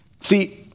See